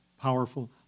powerful